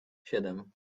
siedem